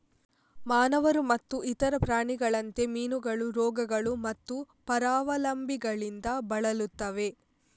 ಮಾನವರು ಮತ್ತು ಇತರ ಪ್ರಾಣಿಗಳಂತೆ, ಮೀನುಗಳು ರೋಗಗಳು ಮತ್ತು ಪರಾವಲಂಬಿಗಳಿಂದ ಬಳಲುತ್ತವೆ